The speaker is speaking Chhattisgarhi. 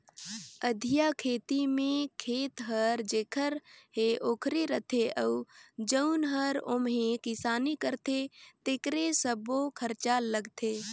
अधिया खेती में खेत हर जेखर हे ओखरे रथे अउ जउन हर ओम्हे किसानी करथे तेकरे सब्बो खरचा लगथे